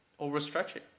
overstretching